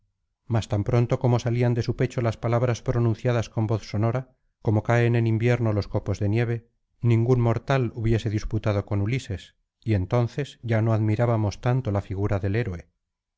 mas tan pronto como salían de su pecho las palabras pronunciadas con voz sonora como caen en invierno los copos de nieve ningún mortal hubiese disputado con ulises y entonces ya no admirábamos tanto la figura del héroe